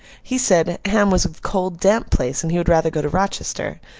he said, ham was a cold, damp place, and he would rather go to rochester.